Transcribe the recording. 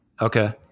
Okay